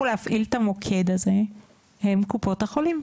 להפעיל את המוקד הזה הן קופות החולים?